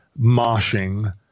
moshing